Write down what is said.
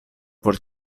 por